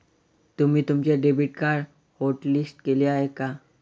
तुम्ही तुमचे debit card hotlist केले आहे का?